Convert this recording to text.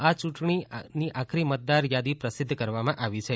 આ ચૂંટણી આખરી મતદાર થાદી પ્રસિધ્ધ કરવામાં આવી છે